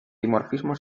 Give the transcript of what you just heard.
dimorfismo